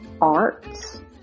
arts